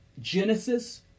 Genesis